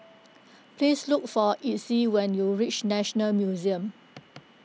please look for Exie when you reach National Museum